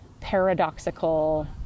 paradoxical